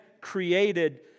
created